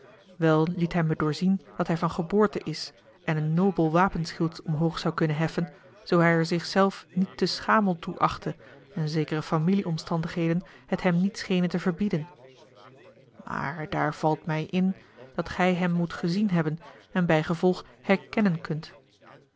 liet hij me doorzien dat hij van geboorte is en een nobel wapenschild omhoog zou kunnen heffen zoo hij er zich zelf niet te schamel toe achtte en zekere familie-omstandigheden het hem niet schenen te verbieden maar daar valt mij in dat gij hem moet gezien hebben en bijgevolg herkennen kunt